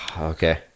okay